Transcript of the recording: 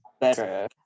better